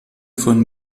von